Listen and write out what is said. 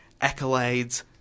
accolades